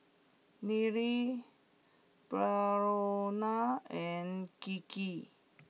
Nile Brionna and Gigi